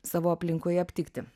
savo aplinkoje aptikti